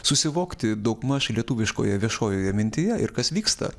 susivokti daugmaž lietuviškoje viešojoje mintyje ir kas vyksta